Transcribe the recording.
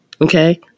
Okay